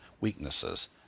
weaknesses